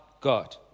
God